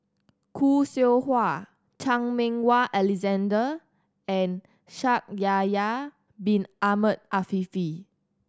Khoo Seow Hwa Chan Meng Wah Alexander and Shaikh Yahya Bin Ahmed Afifi